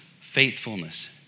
faithfulness